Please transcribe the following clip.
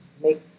make